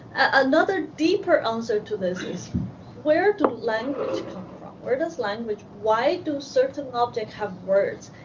another deeper answer to this is where do language come from? where does language why do certain objects have words?